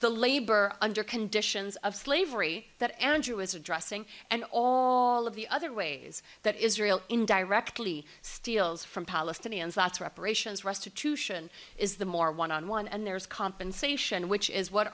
the labor under conditions of slavery that andrew was addressing and all of the other ways that israel in directly steals from palestinians that's reparations restitution is the more one on one and there is compensation which is what